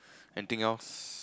anything else